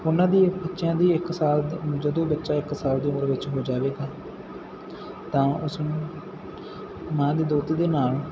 ਉਹਨਾਂ ਦੀ ਬੱਚਿਆਂ ਦੀ ਇੱਕ ਸਾਲ ਜਦੋਂ ਵਿੱਚ ਪਹੁੰਚਾਵੇ ਤਾਂ ਉਸਨੂੰ ਆ ਕੇ ਦੁੱਧ ਦੇ ਨਾਲ